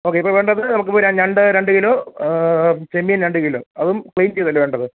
okay ഇപ്പോൾ വേണ്ടത് നമുക്ക് ഞണ്ട് രണ്ട് കിലോ ചെമ്മീൻ രണ്ട് കിലോ അതും ക്ലീൻ ചെയ്തല്ലേ വേണ്ടത്